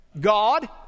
God